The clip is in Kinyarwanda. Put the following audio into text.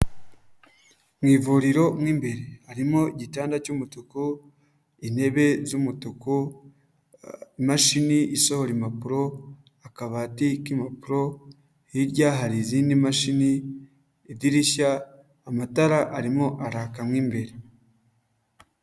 Mu ivuriro mo imbere harimo igitanda cy'umutuku, intebe z'umutuku, imashini isohora impapuro, akabati k'impapuro, hirya hari izindi mashini, idirishya, amatara arimo araka mo imbere.